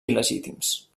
il·legítims